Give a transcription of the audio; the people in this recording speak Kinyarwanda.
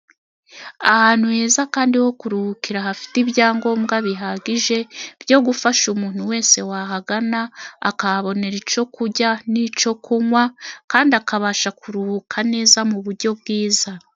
Ahantu heza kandi ho kuruhukira hafite ibyangombwa bihagije byo gufasha umuntu wese wahagana, akahabonera icyo kurya n'icyo kunywa, kandi akabasha kuruhuka neza mu buryo bwiza.